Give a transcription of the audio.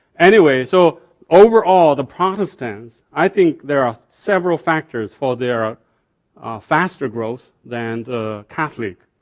anyway, so overall the protestant, i think there are several factors for their faster growth than the catholic.